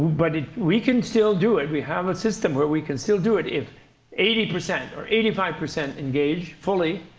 but we can still do it. we have a system where we can still do it. if eighty percent or eighty five percent engage fully,